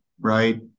right